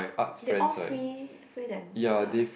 they all free~ freelancer